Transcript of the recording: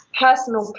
Personal